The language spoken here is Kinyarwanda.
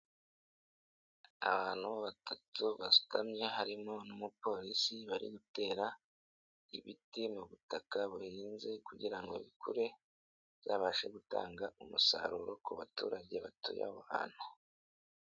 Abantu batatu basutamye harimo n'umupolisi, bari gutera ibiti mu butaka buhinze kugira ngo bikure, bizabashe gutanga umusaruro ku baturage batuye aho hantu.